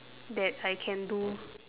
that I can do